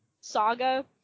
saga